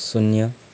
शून्य